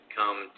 come